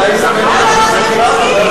שיחקרו גם אותנו, למה רק ארגונים?